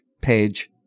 page